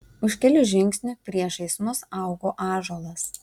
už kelių žingsnių priešais mus augo ąžuolas